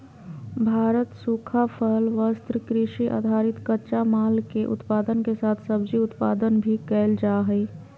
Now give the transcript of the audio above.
भारत सूखा फल, वस्त्र, कृषि आधारित कच्चा माल, के उत्पादन के साथ सब्जी उत्पादन भी कैल जा हई